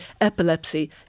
epilepsy